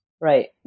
right